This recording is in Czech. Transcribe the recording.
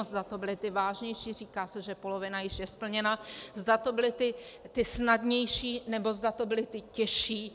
Zda to byly ty vážnější říká se, že polovina již je splněna zda to byly ty snadnější, nebo zda to byly ty těžší.